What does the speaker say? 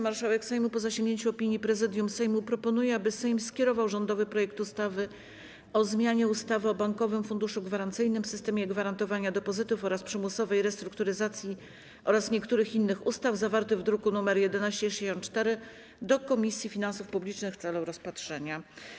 Marszałek Sejmu, po zasięgnięciu opinii Prezydium Sejmu, proponuje, aby Sejm skierował rządowy projekt ustawy o zmianie ustawy o Bankowym Funduszu Gwarancyjnym, systemie gwarantowania depozytów oraz przymusowej restrukturyzacji oraz niektórych innych ustaw zawarty w druku nr 1164 do Komisji Finansów Publicznych w celu rozpatrzenia.